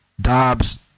Dobbs